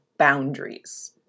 boundaries